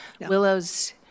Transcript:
Willows